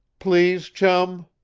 please, chum!